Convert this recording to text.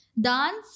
dance